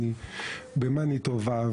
במה אני טובה.